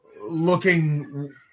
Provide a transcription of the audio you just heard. looking